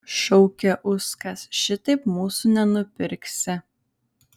šaukė uskas šitaip mūsų nenupirksi